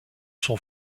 son